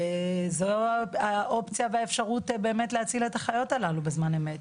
זו האופציה והאפשרות באמת להציל את החיות הללו בזמן אמת.